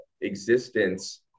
existence